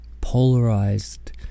polarized